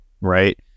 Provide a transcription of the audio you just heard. right